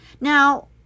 Now